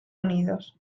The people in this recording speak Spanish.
unidos